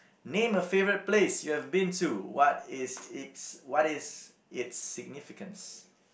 name a favorite place you have been to what is is what is it's significance